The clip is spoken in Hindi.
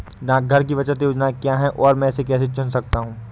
डाकघर की बचत योजनाएँ क्या हैं और मैं इसे कैसे चुन सकता हूँ?